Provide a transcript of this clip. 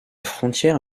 frontière